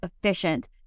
efficient